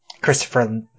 christopher